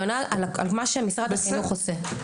היא עונה על מה שמשרד החינוך עושה.